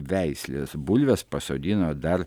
veislės bulves pasodino dar